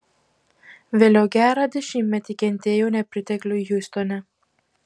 vėliau gerą dešimtmetį kentėjau nepriteklių hjustone